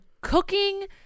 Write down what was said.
cooking